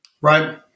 Right